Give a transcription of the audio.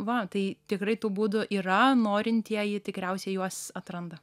va tai tikrai tų būdų yra norintieji tikriausiai juos atranda